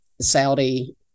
Saudi